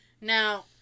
Now